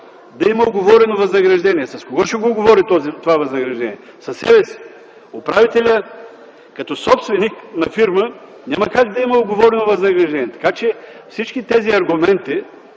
да има уговорено възнаграждение. С кого ще уговори това възнаграждение? Със себе си? Управителят, като собственик на фирма, няма как да има уговорено възнаграждение. Така че всички тези аргументи,